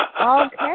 Okay